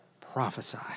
prophesy